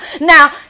Now